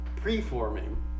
preforming